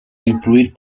incluir